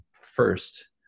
first